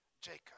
Jacob